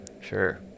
Sure